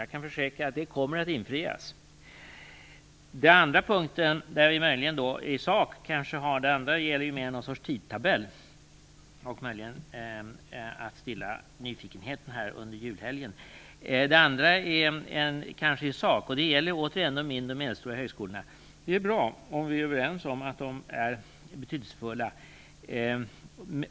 Jag kan försäkra att det kommer att infrias. Den andra punkten där vi möjligen i sak skiljer oss åt - den första punkten gällde ju någon sorts tidtabell - handlar återigen om de mindre och medelstora högskolorna. Det är bra att vi är överens om att de är betydelsefulla.